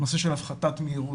הוא נושא של הפחתת מהירות,